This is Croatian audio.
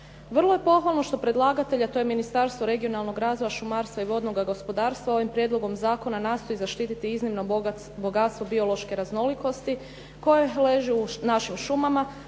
Vrlo je pohvalno što je predlagatelj a to je Ministarstvo regionalnog razvoja, šumarstva i vodnog gospodarstva ovim prijedlogom zakona nastoji zaštititi iznimno bogatstvo biološke raznolikosti koje leži u našim šumama